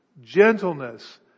gentleness